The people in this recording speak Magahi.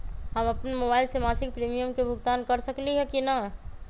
हम अपन मोबाइल से मासिक प्रीमियम के भुगतान कर सकली ह की न?